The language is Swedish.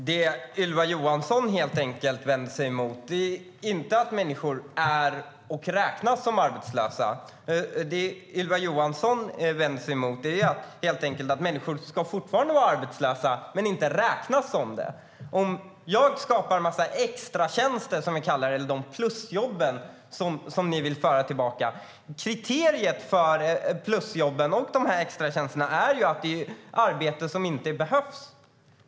Fru talman! Det som Ylva Johansson vänder sig emot är inte att människor är och räknas som arbetslösa. Det som Ylva Johansson vänder sig emot är helt enkelt att människor fortfarande ska vara arbetslösa men inte räknas som det. Regeringen vill föra tillbaka plusjobb, eller extratjänster som de kallar det. Kriteriet för plusjobben och extratjänsterna är att de är arbeten som inte behövs.